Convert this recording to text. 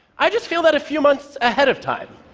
i just feel that a few months ahead of time.